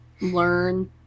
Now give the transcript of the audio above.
learn